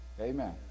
amen